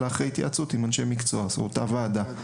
אלא אחרי התייעצות עם אנשי מקצוע באותה ועדה,